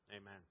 Amen